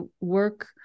work